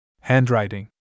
Handwriting